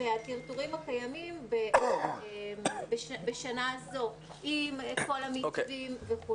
והטרטורים הקיימים בשנה הזו, עם כל המתווים וכו'.